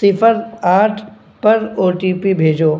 صفر آٹھ پر او ٹی پی بھیجو